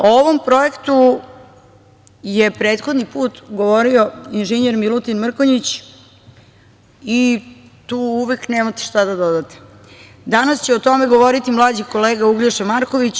O ovom projektu je prethodni put govorio inženjer Milutin Mrkonjić i tu uvek nemate šta da dodate, danas će o tome govoriti mlađi kolega Uglješa Marković.